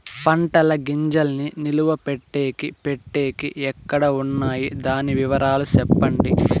పంటల గింజల్ని నిలువ పెట్టేకి పెట్టేకి ఎక్కడ వున్నాయి? దాని వివరాలు సెప్పండి?